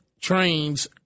trains